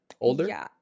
Older